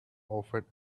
offered